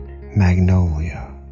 Magnolia